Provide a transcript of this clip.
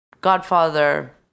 godfather